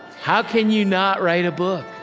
how can you not write a book?